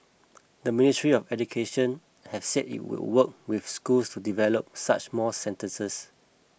the Ministry of Education has said it will work with schools to develop such more centres